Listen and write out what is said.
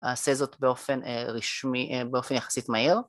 אעשה זאת באופן רשמי, באופן יחסית מהיר